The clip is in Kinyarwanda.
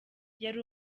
yari